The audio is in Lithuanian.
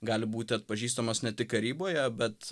gali būti atpažįstamas ne tik karyboje bet